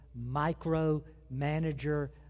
micro-manager